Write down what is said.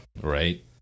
Right